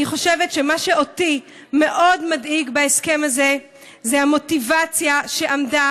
מה שאותי מאוד מדאיג בהסכם הזה זה המוטיבציה שעמדה